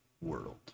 world